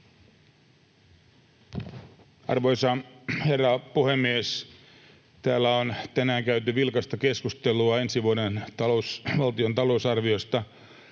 Arvoisa herra puhemies! Täällä on tänään käyty vilkasta keskustelua ensi vuoden valtion talousarviosta.